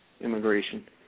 immigration